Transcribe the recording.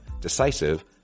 decisive